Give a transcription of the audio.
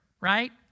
Right